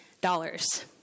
dollars